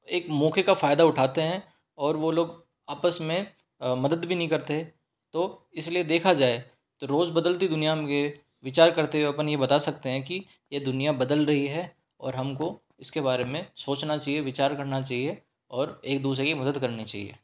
एक मौके का फ़ायदा उठाते हैं और वो लोग आपस में मदद भी नहीं करते तो इसलिए देखा जाये तो रोज़ बदलती दुनिया के विचार करते हुए अपन ये बता सकते हैं कि ये दुनिया बदल रही है और हमको इसके बारे में सोचना चाहिए विचार करना चाहिए और एक दूसरे की मदद करनी चाहिए